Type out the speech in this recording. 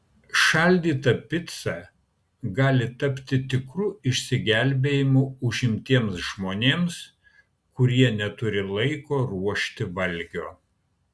šaldyta pica gali tapti tikru išsigelbėjimu užimtiems žmonėms kurie neturi laiko ruošti valgio